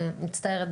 מצטערת,